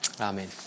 Amen